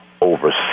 over